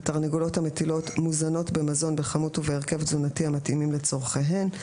התרנגולות המטילות מוזנות במזון בכמות ובהרכב תזונתי המתאימים וצורכיהן.